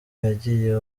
yagiye